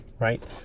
right